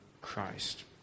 Christ